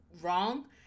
wrong